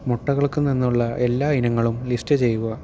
മുട്ടകൾക്ക് നിന്നുള്ള എല്ലാ ഇനങ്ങളും ലിസ്റ്റു ചെയ്യുക